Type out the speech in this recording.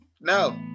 No